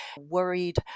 worried